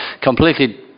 completely